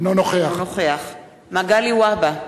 אינו נוכח מגלי והבה,